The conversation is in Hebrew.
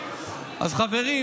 חברים,